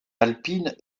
alpines